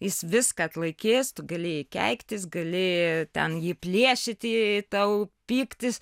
jis viską atlaikys tu galėjai keiktis galėjai ten jį plėšyti tau pykti